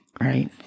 right